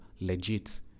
legit